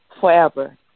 forever